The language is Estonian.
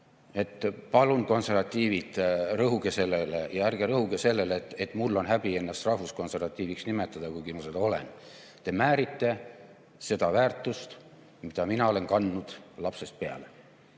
Palun, konservatiivid, rõhuge sellele! Ja ärge rõhuge [millelegi muule]! Mul on häbi ennast rahvuskonservatiiviks nimetada, kuigi ma seda olen. Te määrite seda väärtust, mida mina olen kandnud lapsest peale.